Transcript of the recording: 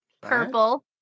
Purple